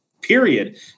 Period